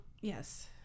yes